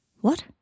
What